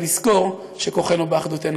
ולזכור שכוחנו באחדותנו.